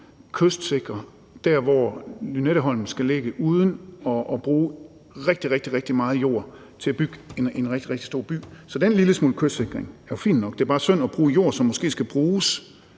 der, hvor Lynetteholmen skal ligge, uden at bruge rigtig, rigtig meget jord til at bygge en rigtig, rigtig stor by. Så den lille smule kystsikring er jo fin nok. Det er bare synd at bruge jord, som måske skal bruges